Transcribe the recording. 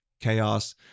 chaos